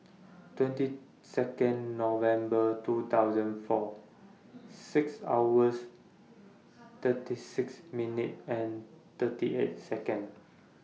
twenty two November two thousand and four six hours thirty six minute and thirty eight Second